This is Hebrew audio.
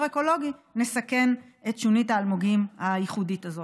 אקולוגי נסכן את שונית האלמוגים הייחודית הזאת.